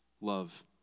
love